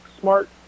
smart